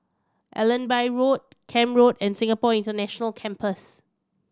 Allenby Road Camp Road and Singapore International Campus